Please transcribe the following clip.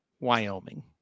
Wyoming